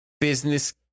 business